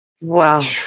wow